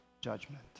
judgment